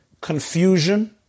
confusion